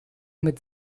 mit